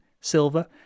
silver